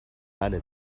بله